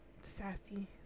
Sassy